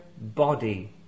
body